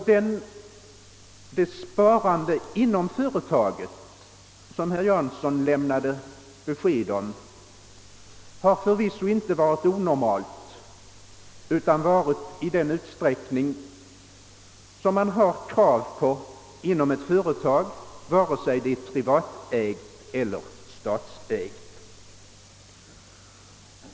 Det sparande inom företaget, som herr Janssons siffror lämnade besked om, har förvisso inte varit onormalt utan endast haft den omfattning som bör krävas inom ett företag, antingen det är privatägt eller statsägt.